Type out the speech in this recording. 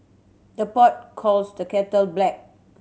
the pot calls the kettle black